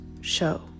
show